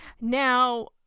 Now